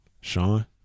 Sean